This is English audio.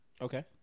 okay